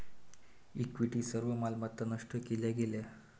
equity सर्व मालमत्ता नष्ट केल्या गेल्या